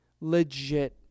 legit